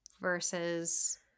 versus